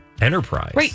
enterprise